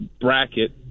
bracket